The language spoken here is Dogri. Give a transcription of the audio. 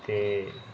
ते